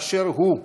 באשר הוא,